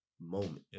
moment